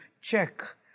check